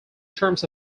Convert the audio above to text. terms